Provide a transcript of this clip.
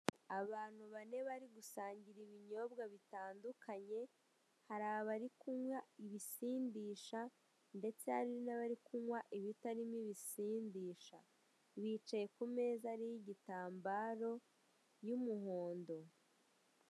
Abantu bane bari gusangira ibinyobwa bitandukanye, hari abari kunywa ibisindisha ndetse hari n'abari kunywa ibitarimo ibisindisha, bicaye ku meza ariho igitambaro y'umuhondo.